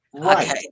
Okay